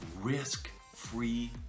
risk-free